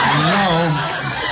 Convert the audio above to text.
No